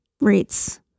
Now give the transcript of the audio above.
rates